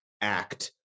act